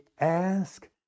ask